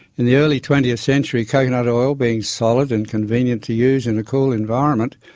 in the early twentieth century coconut oil, being solid and convenient to use in a cool environment,